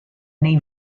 neu